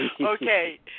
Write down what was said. Okay